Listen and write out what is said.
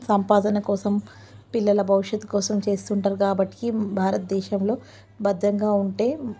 సంపాదన కోసం పిల్లల భవిష్యత్తు కోసం చేస్తుంటారు కాబట్టి భారతదేశంలో భద్రంగా ఉంటే